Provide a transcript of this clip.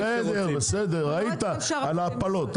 ראית מה קרה עם ההפלות.